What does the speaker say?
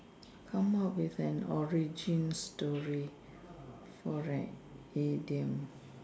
come up with an origin story for an idiom